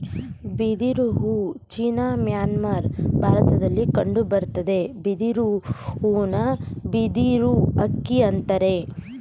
ಬಿದಿರು ಹೂ China Myanmar ಭಾರತದಲ್ಲಿ ಕಂಡುಬರ್ತದೆ ಬಿದಿರು ಹೂನ ಬಿದಿರು ಅಕ್ಕಿ ಅಂತರೆ